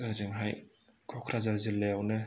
ओजोंहाय क'क्राझार जिल्लायावनो